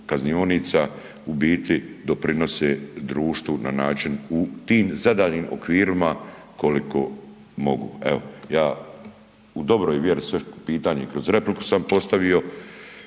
kaznionica u biti doprinose društvu na način u tim zadanim okvirima koliko mogu. Evo ja u dobroj vjeri sva pitanja kroz repliku sam postavio,